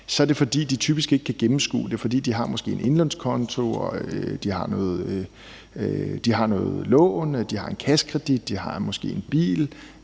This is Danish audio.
er det, fordi de typisk ikke kan gennemskue det, fordi de måske har en indlånskonto, de har noget lån, de har en kassekredit, de har måske en bil,